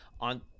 on